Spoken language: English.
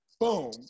Boom